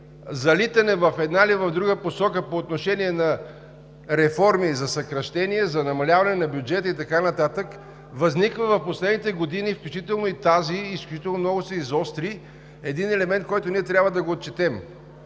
залитане в една или в друга посока по отношение на реформи за съкращение, за намаляване на бюджета и така нататък, в последните години, включително и тази, изключително много се изостри един елемент, който ние трябва да отчетем